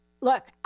Look